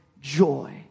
joy